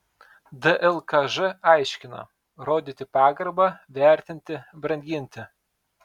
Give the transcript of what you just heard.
dlkž aiškina rodyti pagarbą vertinti branginti